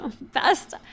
best